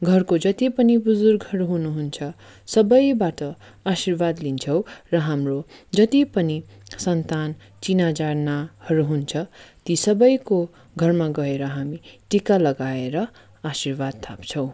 घरको जति पनि बुजुर्गहरू हुनुहुन्छ सबैबाट आशीर्वाद लिन्छौँ र हाम्रो जति पनि सन्तान चिनाजानाहरू हुन्छ ती सबैको घरमा गएर हामी टीका लगाएर आशीर्वाद थाप्छौँ